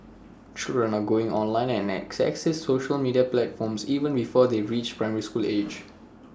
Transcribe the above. children are going online and accessing social media platforms even before they reach primary school age